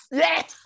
yes